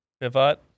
pivot